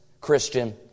Christian